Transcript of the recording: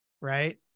right